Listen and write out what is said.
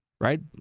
right